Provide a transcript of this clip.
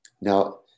Now